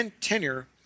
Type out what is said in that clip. tenure